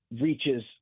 reaches